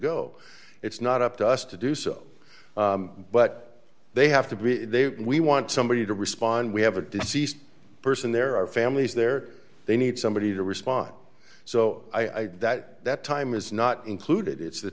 go it's not up to us to do so but they have to be there we want somebody to respond we have a deceased person there are families there they need somebody to respond so i get that that time is not included it's the